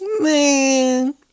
man